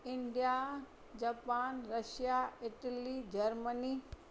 India Japan Russia Italy Germany